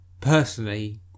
personally